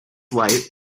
light